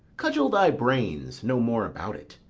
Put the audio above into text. cudgel thy brains no more about it,